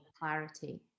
clarity